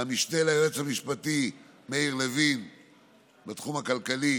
למשנה ליועץ המשפטי בתחום הכלכלי